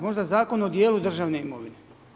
Možda zakon o dijelu državne imovine.